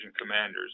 commanders